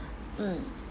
mm